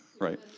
Right